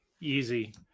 easy